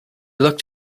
looked